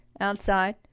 outside